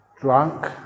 drunk